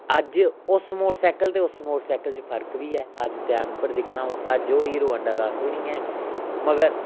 अज्ज उस मोटरसाइकल च ते उस मोटरसाइकल च फर्क बी ऐ अज्ज दे टैम उप्पर दिक्खना होऐ अज्ज ओह् हीरो हांडा कक्ख बी नी ऐ मगर